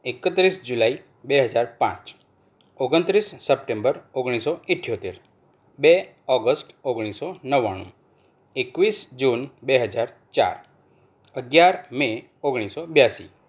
એકત્રીસ જુલાઈ બે હજાર પાંચ ઓગણત્રીસ સપ્ટેમ્બર ઓગણીસસો અઠયોતેર બે ઓગસ્ટ ઓગણીસસો નવ્વાણું એકવીસ જૂન બે હજાર ચાર અગિયાર મે ઓગણીસસો બ્યાંશી